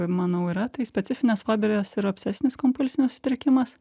manau yra tai specifinės fobijos ir obsesinis kompulsinis sutrikimas